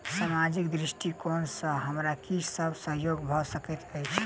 सामाजिक दृष्टिकोण सँ हमरा की सब सहयोग भऽ सकैत अछि?